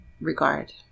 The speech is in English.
regard